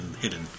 hidden